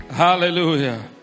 Hallelujah